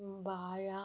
വാഴ